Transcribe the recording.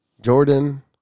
Jordan